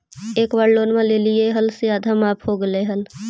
एक बार लोनवा लेलियै से आधा माफ हो गेले हल?